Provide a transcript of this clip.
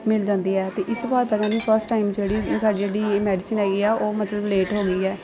ਮਿਲ ਜਾਂਦੀ ਹੈ ਅਤੇ ਇਸ ਵਾਰ ਪਤਾ ਨਹੀਂ ਫਸਟ ਟਾਇਮ ਜਿਹੜੀ ਸਾਡੀ ਜਿਹੜੀ ਮੈਡੀਸਨ ਹੈਗੀ ਆ ਉਹ ਮਤਲਬ ਲੇਟ ਹੋ ਗਈ ਹੈ